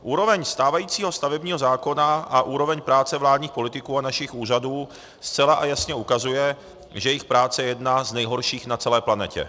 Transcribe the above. Úroveň stávajícího stavebního zákona a úroveň práce vládních politiků a našich úřadů zcela a jasně ukazuje, že jejich práce je jedna z nejhorších na celé planetě.